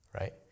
right